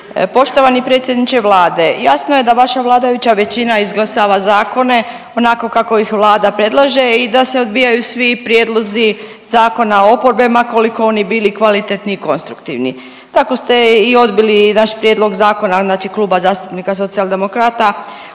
Poštovani predsjedniče Vlade, jasno je da vaša vladajuća većina izglasava zakone onako kako ih Vlada predlaže i da se odbijaju svi prijedlozi zakona oporbe ma koliko oni bili kvalitetni i konstruktivni. Tako ste i odbili i naš prijedlog zakona znači Kluba zastupnika Socijaldemokrata